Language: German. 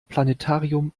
planetarium